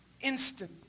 Instant